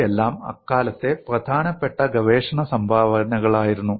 ഇവയെല്ലാം അക്കാലത്തെ പ്രധാനപ്പെട്ട ഗവേഷണ സംഭാവനകളായിരുന്നു